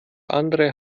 andere